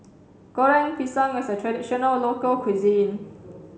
goreng pisang is a traditional local cuisine